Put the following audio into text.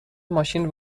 ماشین